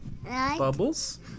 Bubbles